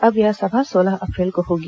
अब यह सभा सोलह अप्रैल को होगी